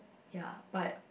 ya but